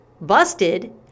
busted